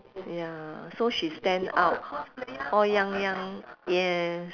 ya so she stand out all young young yes